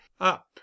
up